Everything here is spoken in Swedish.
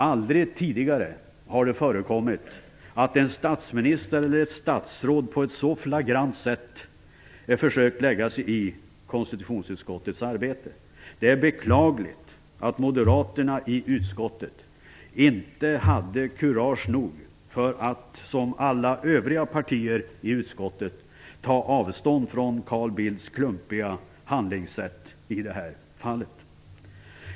Aldrig tidigare har det förekommit att en statsminister eller ett statsråd på ett så flagrant sätt försökt lägga sig i konstitutionsutskottets arbete. Det är beklagligt att moderaterna i utskottet inte hade kurage nog att som alla övriga partier i utskottet ta avstånd från Carl Bildts klumpiga handlingssätt i det här fallet.